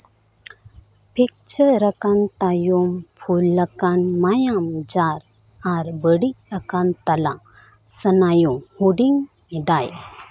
ᱯᱤᱠᱪᱟᱨᱟᱠᱟᱱ ᱛᱟᱭᱚᱢ ᱯᱷᱩᱞᱟᱠᱟᱱ ᱢᱟᱭᱟᱢ ᱡᱟᱨ ᱟᱨ ᱵᱟᱹᱲᱤᱡ ᱟᱠᱟᱱ ᱛᱟᱞᱟ ᱥᱱᱟᱭᱩ ᱦᱩᱰᱤᱧ ᱮᱫᱟᱭ